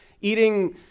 eating